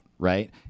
Right